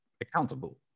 accountable